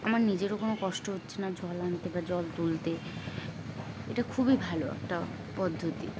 আমার নিজেরও কোনো কষ্ট হচ্ছে না জল আনতে বা জল তুলতে এটা খুবই ভালো একটা পদ্ধতি